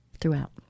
throughout